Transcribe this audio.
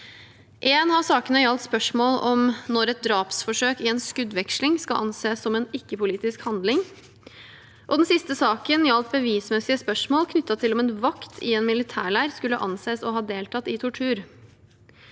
en av sakene gjaldt spørsmålet om når et drapsforsøk i en skuddveksling skal anses som en «ikke-politisk» handling, og den siste saken gjaldt bevismessige spørsmål knyttet til om en vakt i en militærleir skulle anses å ha deltatt i tortur.